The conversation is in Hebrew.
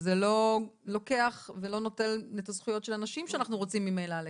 וזה לא לוקח ולא נוטל את הזכויות של הנשים שאנחנו רוצים ממילא לקדם.